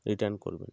return করবেন